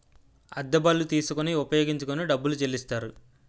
అద్దె బళ్ళు తీసుకొని ఉపయోగించుకొని డబ్బులు చెల్లిస్తారు